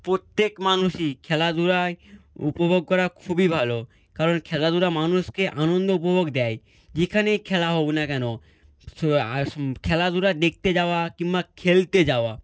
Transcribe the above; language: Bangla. প্রত্যেক মানুষই খেলাধুলায় উপভোগ করা খুবই ভালো কারণ খেলাধুলা মানুষকে আনন্দ উপভোগ দেয় যেখানেই খেলা হোক না কেন খেলাধুলা দেখতে যাওয়া কিম্বা খেলতে যাওয়া